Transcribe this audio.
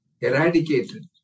eradicated